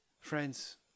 Friends